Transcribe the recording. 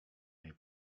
jej